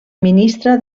ministra